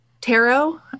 tarot